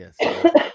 yes